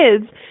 kids